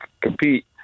compete